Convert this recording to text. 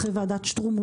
אחרי ועדת שטרום,